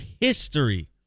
history